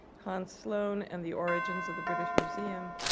hans sloane and the origins of the british museum,